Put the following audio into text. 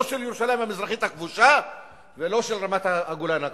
לא של ירושלים המזרחית הכבושה ולא של רמת-הגולן הכבושה.